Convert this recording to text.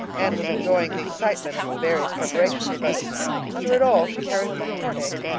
anne was enjoying the excitement of the various preparations, but under it all she carried a little heartache.